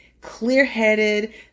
clear-headed